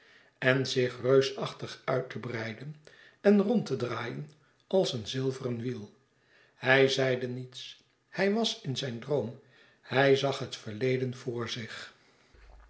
en zich reusachtig uit te breiden en rond te draaien als een zilveren wiel hij zeide niets hij was in zijn droom hij zag het verleden voor zich